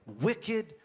wicked